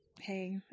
Hey